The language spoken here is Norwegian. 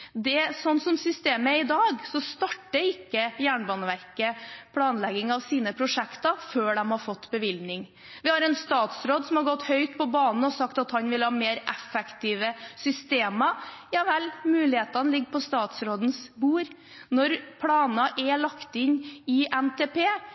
Sånn som systemet er i dag, starter ikke Jernbaneverket planlegging av sine prosjekter før de har fått bevilgning. Vi har en statsråd som har gått høyt på banen og sagt at han vil ha mer effektive systemer. Ja vel, mulighetene ligger på statsrådens bord. Når planer er